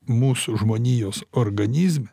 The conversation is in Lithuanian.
mūsų žmonijos organizme